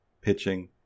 pitching